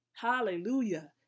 Hallelujah